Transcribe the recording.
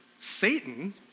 Satan